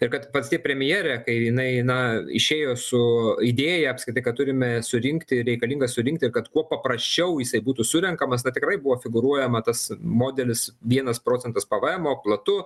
ir kad pats tie premjerė kai jinai na išėjo su idėja apskritai kad turime surinkti reikalingą surinkti ir kad kuo paprasčiau jisai būtų surenkamas na tikrai buvo figūruojama tas modelis vienas procentas pvemo platu